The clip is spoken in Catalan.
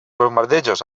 bombardeigs